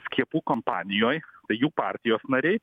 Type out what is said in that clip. skiepų kompanijoj tai jų partijos nariai